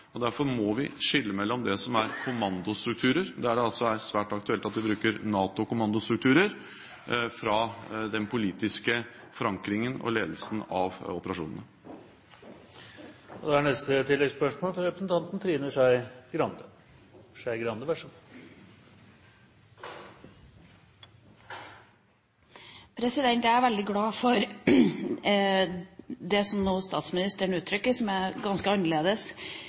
og at vi også skal etablere organer – møteplasser – der land langt utover NATO-kretsen deltar. Derfor må vi skille det som er kommandostrukturer, der det er svært aktuelt at vi bruker NATO-kommandostrukturer, fra den politiske forankringen og ledelsen av operasjonen. Trine Skei Grande – til oppfølgingsspørsmål. Jeg er veldig glad for det statsministeren nå gir uttrykk for, som er ganske annerledes